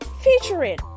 featuring